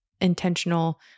intentional